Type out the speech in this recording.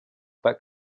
pas